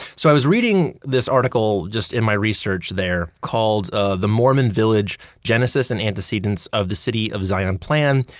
so, i was reading this article just in my research there, called ah the mormon village genesis and antecedents of the city of zion plan,